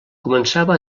començava